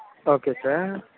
okay sir